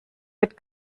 mit